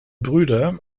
brüder